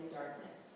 darkness